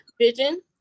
vision